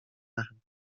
echem